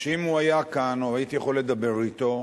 שאם הוא היה כאן, או אם הייתי יכול לדבר אתו,